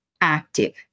active